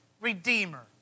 Redeemer